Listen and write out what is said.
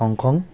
Hong Kong